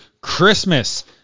Christmas